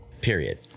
period